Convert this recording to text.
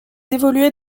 évoluait